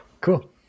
Cool